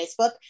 Facebook